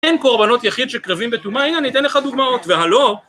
אין קורבנות יחיד שקרבים בטומאה, הנה אני אתן לך דוגמאות, והלוא